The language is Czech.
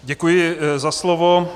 Děkuji za slovo.